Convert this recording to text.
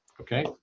Okay